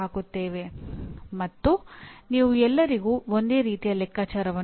ವಾಸ್ತವವಾಗಿ ನೀವು ಮೊದಲ ಬಾರಿಗೆ ಮಾನ್ಯತೆಗಾಗಿ ಬಂದಾಗ ಈ ಅಂಕಗಳನ್ನು ಮತ್ತೆ ಹಂಚಲಾಗುತ್ತದೆ